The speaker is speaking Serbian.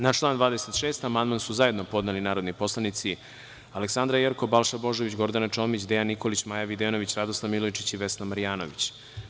Na član 26. amandman su zajedno podneli narodni poslanici Aleksandra Jerkov, Balša Božović, Gordana Čomić, Dejan Nikolić, Maja Videnović, Radoslav Milojičić i Vesna Marjanović.